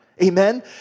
Amen